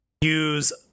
use